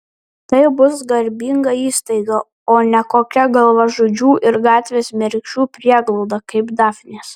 tai bus garbinga įstaiga o ne kokia galvažudžių ir gatvės mergšių prieglauda kaip dafnės